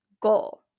goal